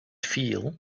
feel